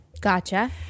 Gotcha